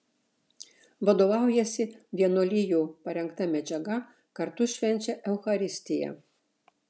vadovaujasi vienuolijų parengta medžiaga kartu švenčia eucharistiją